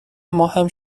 ماهم